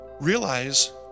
Realize